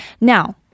now